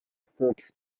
فوکس